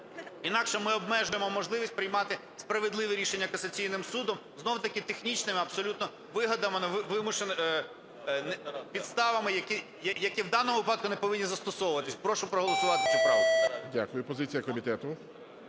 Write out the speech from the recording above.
інакше ми обмежуємо можливість приймати справедливе рішення касаційним судом знову таки технічними, абсолютно вигаданими підставами, які в даному випадку не повинні застосовуватись. Прошу проголосувати цю правку. ГОЛОВУЮЧИЙ. Дякую. Позиція комітету.